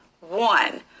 one